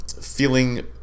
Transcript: feeling